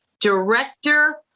director